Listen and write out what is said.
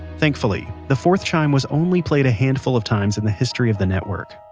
thankfully, the fourth chime was only played a handful of times in the history of the network